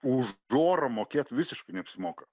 už džorą mokėt visiškai neapsimoka